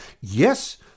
yes